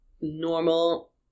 normal